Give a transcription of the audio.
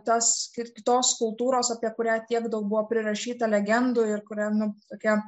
tas kitos kultūros apie kurią tiek daug buvo prirašyta legendų ir kurią nu tokia